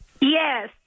Yes